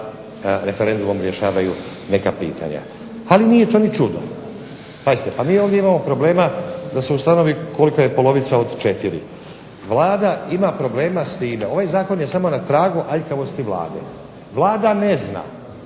referendumom rješavaju neka pitanja. Ali nije to ni čudno. Pazite, pa mi ovdje imamo problema da se ustanovi kolika je polovica od 4. vlada ima problema s time, ovaj zakon je samo na tragu aljkavosti Vlade. Vlada ne zna